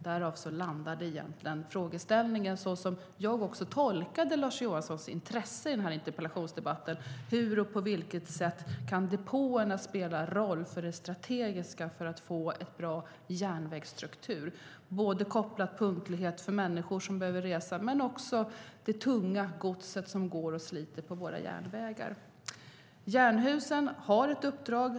Där landade också frågeställningen. Jag tolkade Lars Johansson i den här interpellationen som att det gällde hur depåerna kan spela roll för det strategiska för att vi ska få bra järnvägsstruktur med punktlighet för de människor som behöver resa och för det tunga godset, som sliter på våra järnvägar. Jernhusen har ett uppdrag.